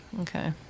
okay